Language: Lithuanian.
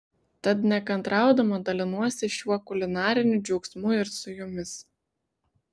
tad nekantraudama dalinuosi šiuo kulinariniu džiaugsmu ir su jumis